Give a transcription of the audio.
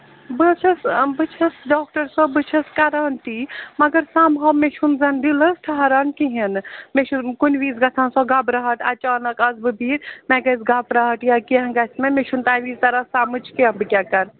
بہٕ حظ چھَس بہٕ چھَس ڈاکٹر صٲب بہٕ چھَس کران تی مَگر سَم ہو مےٚ چھُنہٕ زَن دِلَس ٹھہران کِہیٖنۍ نہٕ مےٚ چھُنہٕ کُنہِ وِزِ گژھان سۄ گَبراہٹ اَچانک آسہٕ بہٕ بِہِتھ مےٚ گژھِ گَبراہٹ یا کیٚنٛہہ گژھِ مےٚ مےٚ چھُنہٕ تَمہِ وِز تَران سَمٕجھ کیٚنٛہہ بہٕ کیٛاہ کَرٕ